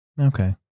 Okay